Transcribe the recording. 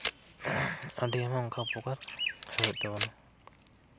ᱟᱹᱰᱤ ᱟᱭᱢᱟ ᱚᱱᱠᱟ ᱩᱯᱚᱠᱟᱨ ᱦᱩᱭᱩᱜ ᱛᱟᱵᱚᱱᱟ